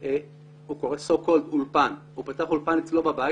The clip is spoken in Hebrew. מה שהוא קורא לו אולפן אצלו בבית